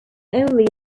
only